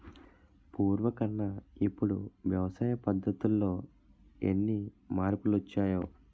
పూర్వకన్నా ఇప్పుడు వ్యవసాయ పద్ధతుల్లో ఎన్ని మార్పులొచ్చాయో